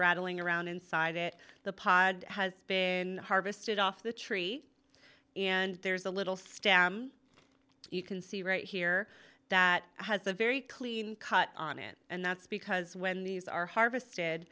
rattling around inside it the pod has been harvested off the tree and there's a little stem you can see right here that has a very clean cut on it and that's because when these are harvest